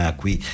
qui